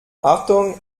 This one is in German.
achtung